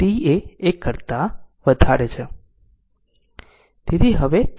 t એ 1 કરતા વધારે છે